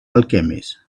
alchemist